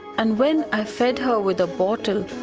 and when i fed her with a bottle,